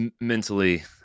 mentally